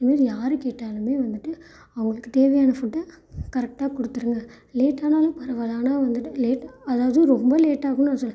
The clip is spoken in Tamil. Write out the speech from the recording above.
இனிமேல் யார் கேட்டாலுமே வந்துவிட்டு அவங்களுக்கு தேவையான ஃபுட்டை கரெக்டாக கொடுத்துருங்க லேட் ஆனாலும் பரவாயில்லை ஆனால் வந்துவிட்டு லேட் அதாவது ரொம்ப லேட் ஆகும்னு நான் சொல்லலை